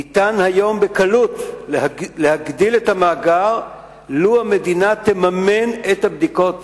היום ניתן בקלות להגדיל את המאגר אם המדינה תממן את הבדיקות.